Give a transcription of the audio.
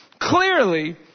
clearly